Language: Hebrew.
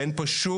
אין פה שום